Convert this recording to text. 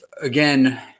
again